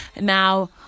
now